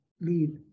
lead